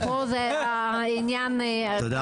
בסדר, פה זה עניין גרוע.